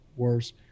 worse